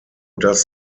das